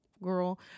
girl